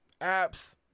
Apps